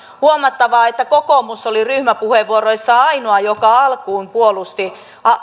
huomattava että kokoomus oli ryhmäpuheenvuoroissa ainoa joka alkuun puolusti